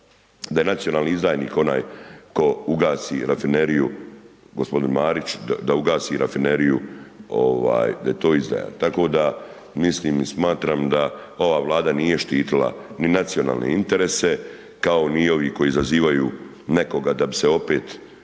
da je nacionalni izdajnik tko ugasi rafineriju, g. Marić, da ugasi rafineriju, da je to izdaja. Tako da mislim i smatram da ova Vlada nije štitila ni nacionalne interese kao ni ovi koji zazivaju nekoga da bi se opet